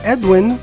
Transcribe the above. Edwin